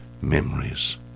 memories